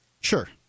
Sure